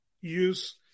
use